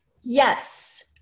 Yes